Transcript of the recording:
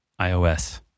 iOS